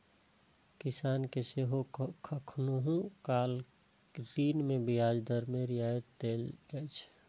किसान कें सेहो कखनहुं काल ऋण मे ब्याज दर मे रियायत देल जाइ छै